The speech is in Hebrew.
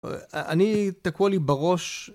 אני... תקוע לי בראש